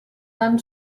tan